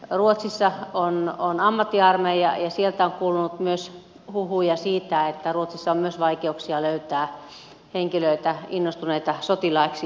ruotsissa on ammattiarmeija ja sieltä on kuulunut myös huhuja siitä että ruotsissa on myös vaikeuksia löytää innostuneita henkilöitä sotilaiksi